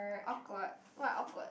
awkward why awkward